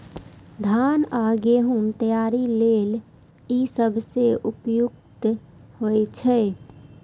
धान आ गहूम तैयारी लेल ई सबसं उपयुक्त होइ छै